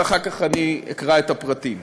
ואחר כך אני אקרא את הפרטים.